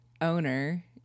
owner